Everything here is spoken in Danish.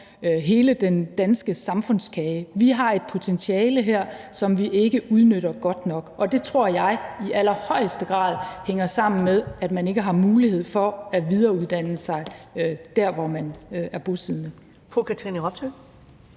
hele den danske samfundskage. Vi har et potentiale her, som vi ikke udnytter godt nok, og det tror jeg i allerhøjeste grad hænger sammen med, at man ikke har mulighed for at videreuddanne sig der, hvor man er bosiddende.